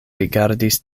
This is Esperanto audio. rigardis